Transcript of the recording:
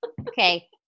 Okay